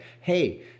Hey